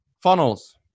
funnels